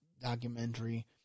documentary